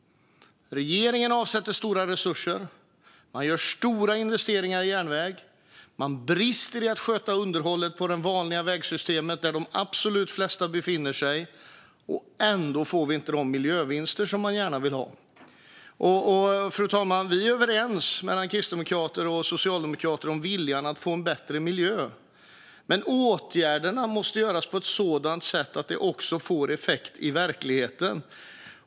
Regeringen avsätter stora resurser. Man gör stora investeringar i järnväg. Man brister i att sköta underhållet av det vanliga vägsystemet, där de absolut flesta befinner sig. Ändå får vi inte de miljövinster som man gärna vill ha. Fru talman! Kristdemokraterna och Socialdemokraterna är överens om viljan att få en bättre miljö, men åtgärderna måste vidtas på ett sådant sätt att de också får effekt i verkligheten.